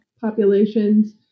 populations